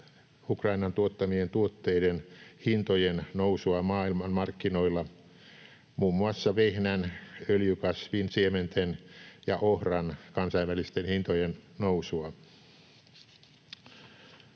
Ukrainan tuottamien tuotteiden hintojen nousua maailmanmarkkinoilla, muun muassa vehnän, öljykasvinsiementen ja ohran kansainvälisten hintojen nousua.